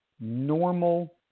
normal